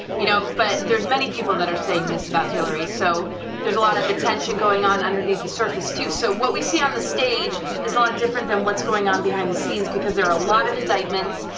you know but there's many people that are saying this about hillary, so there's a lot of tension going on underneath the surface too, so what we see on the stage is a lot different than what's going on behind the scenes, because there are a lot of indictments,